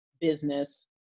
business